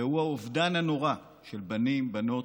והוא האובדן הנורא של בנים, בנות.